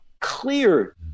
clear